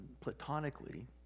platonically